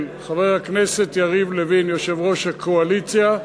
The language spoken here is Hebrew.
של חבר הכנסת יריב לוין, יושב-ראש הקואליציה,